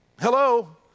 Hello